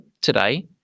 today